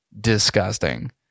disgusting